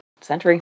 century